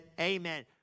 amen